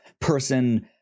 person